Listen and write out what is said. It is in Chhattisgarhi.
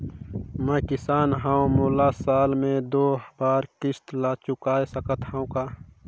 मैं किसान हव मोला साल मे दो बार किस्त ल चुकाय सकत हव का?